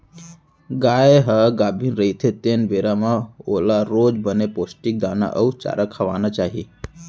गाय ह गाभिन रहिथे तेन बेरा म ओला रोज बने पोस्टिक दाना अउ चारा खवाना चाही